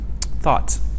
Thoughts